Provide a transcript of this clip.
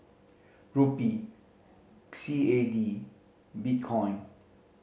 Rupee C A D Bitcoin